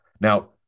Now